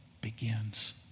begins